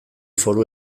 foru